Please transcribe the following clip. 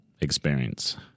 experience